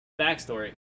backstory